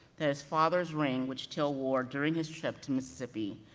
that his father's ring, which till wore during his trip to mississippi,